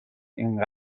این